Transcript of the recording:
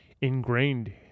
ingrained